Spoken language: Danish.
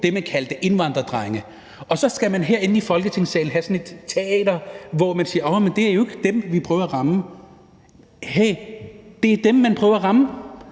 det, man kaldte indvandrerdrenge, og så skal man herinde i Folketingssalen have sådan et teater, hvor man siger: Åh, men det er jo ikke dem, vi prøver at ramme. Hey, det er dem, man prøver at ramme.